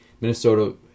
Minnesota